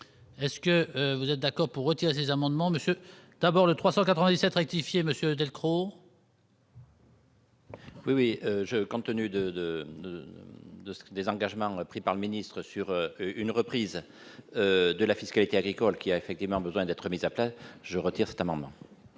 est-ce que vous êtes d'accord pour retirer ses amendements, monsieur, d'abord, le 397 rectifier monsieur Delcros. Oui, oui je contenu de, de, de ce que des engagements pris par le ministre sur une reprise de la fiscalité agricole qui a effectivement besoin d'être mis à faire, je retire cette amendement.